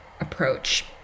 approach